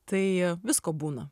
tai visko būna